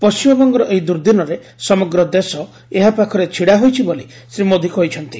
ପଣ୍ଟିମବଙ୍ଗର ଏହି ଦୁର୍ଦ୍ଦିନରେ ସମଗ୍ର ଦେଶ ଏହା ପାଖରେ ଛିଡ଼ା ହୋଇଛି ବୋଲି ଶ୍ରୀ ମୋଦୀ କହିଛନ୍ତି